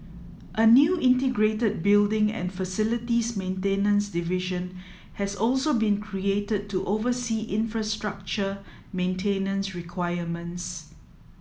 a new integrated building and facilities maintenance division has also been created to oversee infrastructure maintenance requirements